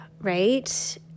right